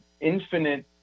infinite